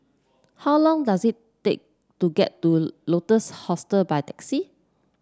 how long does it take to get to Lotus Hostel by taxi